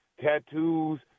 tattoos